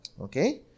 Okay